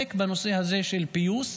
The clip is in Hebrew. עוסק בנושא הזה של פיוס,